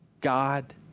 God